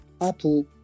Apple